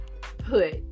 put